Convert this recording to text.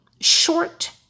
short